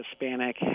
Hispanic